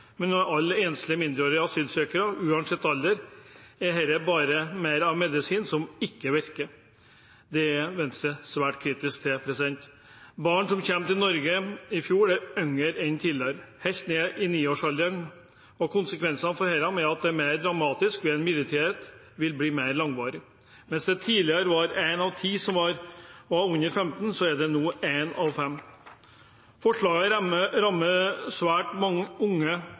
men for alle enslige mindreårige asylsøkere, uansett alder. Dette er bare mer av en medisin som ikke virker, og det er Venstre svært kritisk til. Barn som kom til Norge i fjor, er yngre enn tidligere – helt ned i 9-årsalderen – og konsekvensene for dem er at det er mer dramatisk ved at midlertidigheten vil bli mer langvarig. Mens det tidligere var én av ti som var under 15 år, er det nå én av fem. Forslaget rammer svært mange unge